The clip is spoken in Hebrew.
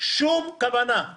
אבל גרמת,